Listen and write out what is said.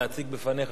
להציג בפניך,